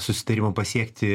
susitarimo pasiekti